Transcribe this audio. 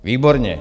Výborně!